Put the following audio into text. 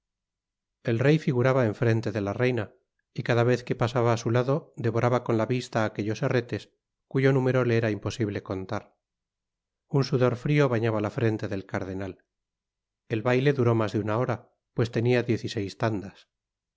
el rey figuraba en frente de la reina y cada vez que pasaba á su lado devoraba con la vista aquellos herretes cuyo número leera imposible contar un sudor frio bañaba la frente del cardenal el baile duró mas de una hora pues tenia diez y seis tandas